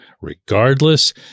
Regardless